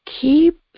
keep